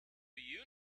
you